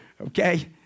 Okay